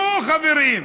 נו, חברים,